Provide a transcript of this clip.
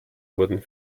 wurden